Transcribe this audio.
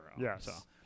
Yes